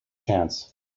chance